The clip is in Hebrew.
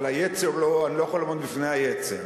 אבל אני לא יכול לעמוד בפני היצר.